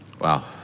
Wow